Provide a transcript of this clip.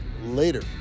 later